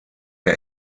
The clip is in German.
der